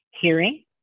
hearing